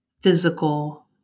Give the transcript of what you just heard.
physical